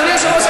אדוני יושב-ראש